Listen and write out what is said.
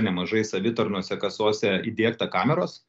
nemažai savitarnos kasose įdiegta kameros